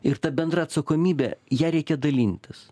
ir ta bendra atsakomybe ja reikia dalintis